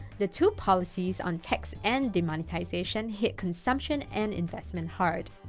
the two policies on tax and demonetization hit consumption and investment hard,